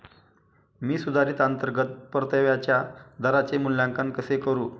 मी सुधारित अंतर्गत परताव्याच्या दराचे मूल्यांकन कसे करू?